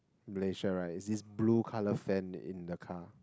Malaysia right is this blue colour fan in the car